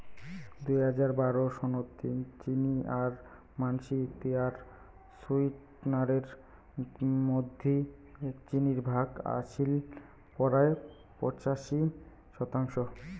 দুই হাজার বারো সনত চিনি আর মানষি তৈয়ার সুইটনারের মধ্যি চিনির ভাগ আছিল পরায় পঁচাশি শতাংশ